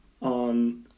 on